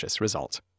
Result